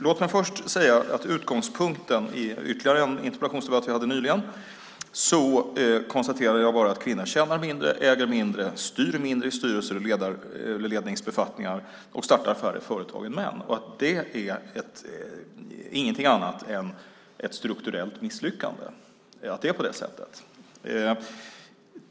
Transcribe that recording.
Låt mig först säga att i ytterligare en interpellationsdebatt som vi hade nyligen konstaterade jag att kvinnor tjänar mindre, äger mindre, styr mindre i styrelser eller ledningsbefattningar, startar färre företag än män och att det inte är någonting annat än ett strukturellt misslyckande att det är på det sättet.